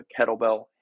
kettlebell